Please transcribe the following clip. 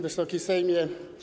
Wysoki Sejmie!